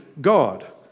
God